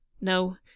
No